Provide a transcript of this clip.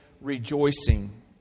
rejoicing